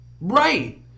right